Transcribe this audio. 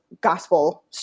gospel